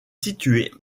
située